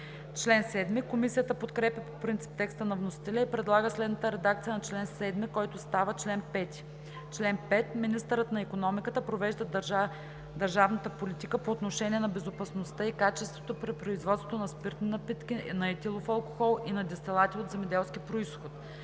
верига.“ Комисията подкрепя по принцип текста на вносителя и предлага следната редакция на чл. 7, който става чл. 5: „Чл. 5. Министърът на икономиката провежда държавната политика по отношение на безопасността и качеството при производството на спиртни напитки, на етилов алкохол и на дестилати от земеделски произход.“